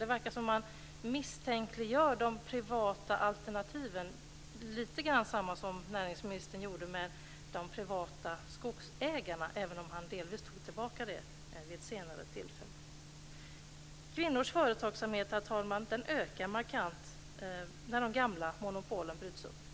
Det verkar som om man misstänkliggör de privata alternativen - lite grann som näringsministern gjorde med de privata skogsägarna, även om han delvis tog tillbaka det vid ett senare tillfälle. Herr talman! Kvinnors företagsamhet ökar markant när de gamla monopolen bryts upp.